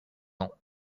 ans